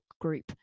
group